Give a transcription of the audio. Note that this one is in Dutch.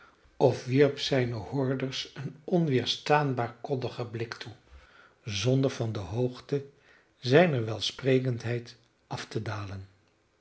of wierp zijnen hoorders een onweerstaanbaar koddigen blik toe zonder van de hoogte zijner welsprekendheid af te dalen